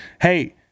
Hey